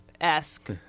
esque